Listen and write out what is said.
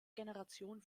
generation